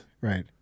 Right